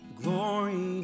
glory